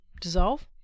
dissolve